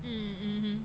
mmhmm